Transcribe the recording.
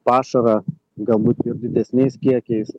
pašarą galbūt ir didesniais kiekiais